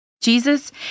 Jesus